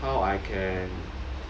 how I can